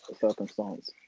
circumstance